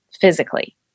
physically